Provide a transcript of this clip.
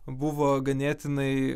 buvo ganėtinai